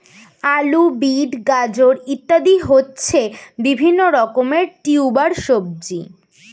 আলু, বিট, গাজর ইত্যাদি হচ্ছে বিভিন্ন রকমের টিউবার সবজি